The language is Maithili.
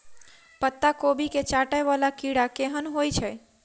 पत्ता कोबी केँ चाटय वला कीड़ा केहन होइ छै?